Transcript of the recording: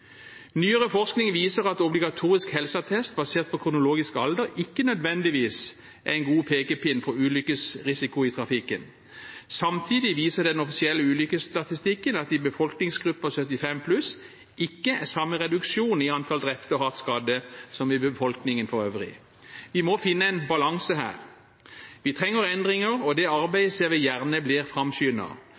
Nyere forskning viser at obligatorisk helseattest basert på kronologisk alder ikke nødvendigvis er en god pekepinn for ulykkesrisiko i trafikken. Samtidig viser den offisielle ulykkesstatistikken at det i befolkningsgruppen 75 pluss ikke er samme reduksjon i antall drepte og hardt skadde som i befolkningen for øvrig. Vi må finne en balanse her. Vi trenger endringer, og det arbeidet ser jeg gjerne blir